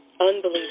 Unbelievable